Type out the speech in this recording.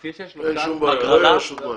מצוין, אין שום בעיה, לא יהיה רשות מים.